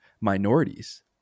minorities